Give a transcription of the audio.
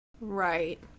right